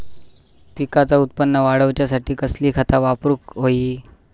पिकाचा उत्पन वाढवूच्यासाठी कसली खता वापरूक होई?